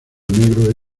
negro